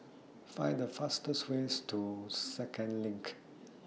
Find The fastest Way to Second LINK